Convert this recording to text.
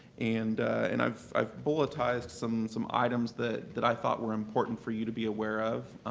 and and i've i've bulletized some some items that that i thought were important for you to be aware of.